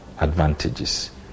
advantages